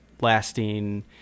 lasting